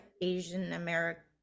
Asian-American